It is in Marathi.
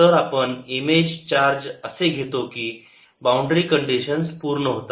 तर आपण इमेज चार्ज असे घेतो की बाउंड्री कंडिशन्स पूर्ण होतात